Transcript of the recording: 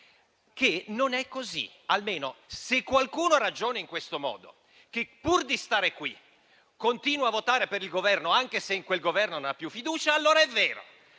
che non è così; almeno, se qualcuno ragiona in questo modo, ossia se pur di stare qui continua a votare per il Governo, anche se in quel Governo non ha più fiducia, allora è vero.